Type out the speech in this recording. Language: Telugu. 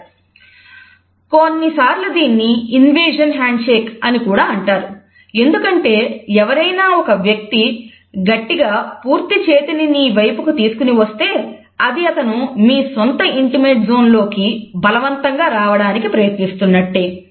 స్టిఫ్ ఆర్మ్ హ్యాండ్షేక్ లోకి బలవంతంగా రావడానికి ప్రయత్నిస్తున్నట్టె